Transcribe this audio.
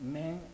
men